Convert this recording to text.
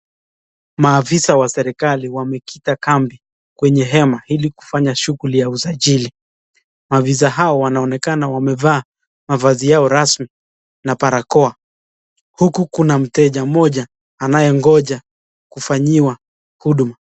Maafisa wa serekali wamekita kambi kwenye hema ili kufanya shughuli ya usajili. Maafisa hawa wanaonekana wamevaa mavazi yao rasmi na barakoa huku kuna mteja mmoja anayengonja kufanyiwa huduma.